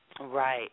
Right